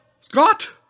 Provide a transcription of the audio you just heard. Scott